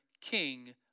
King